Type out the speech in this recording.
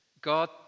God